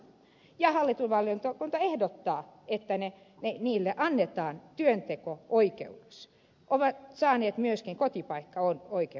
hallintovaliokunta ehdottaa että heille annetaan työnteko oikeus ovathan he saaneet myöskin kotipaikkaoikeuden